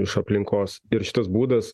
iš aplinkos ir šitas būdas